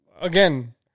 again